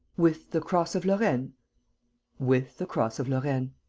with the cross of lorraine? with the cross of lorraine.